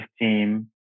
team